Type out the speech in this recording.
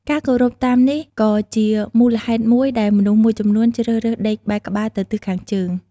ការគោរពតាមនេះក៏ជាមូលហេតុមួយដែលមនុស្សមួយចំនួនជ្រើសរើសដេកបែរក្បាលទៅទិសខាងជើង។